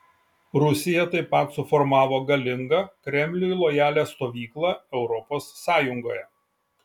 rusija taip pat suformavo galingą kremliui lojalią stovyklą europos sąjungoje